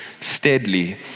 steadily